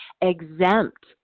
exempt